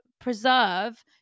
preserve